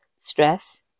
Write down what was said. stress